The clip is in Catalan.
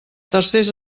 tercers